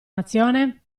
nazione